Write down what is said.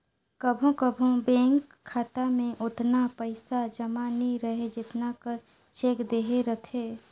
कभों कभों बेंक खाता में ओतना पइसा जमा नी रहें जेतना कर चेक देहे रहथे